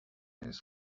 his